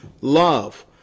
love